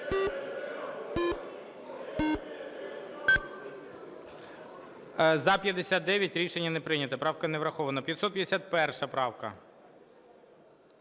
За-59 Рішення не прийнято. Правка не врахована. 551 правка.